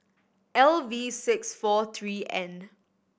L V six four three N